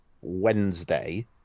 Wednesday